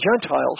Gentiles